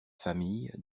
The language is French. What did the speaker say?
famille